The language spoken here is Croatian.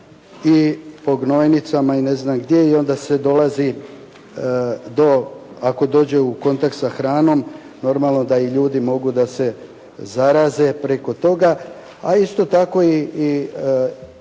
i po gnojnicama i ne znam gdje i onda se dolazi do, ako dođe u kontakt sa hranom normalno da i ljudi mogu da se zaraze preko toga, a isto tako i mogućnost